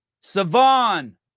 Savon